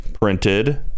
printed